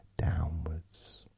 downwards